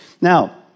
Now